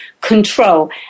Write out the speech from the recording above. control